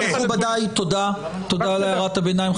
מכובדיי, תודה, תודה על הערת הביניים.